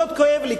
מאוד כואב לי,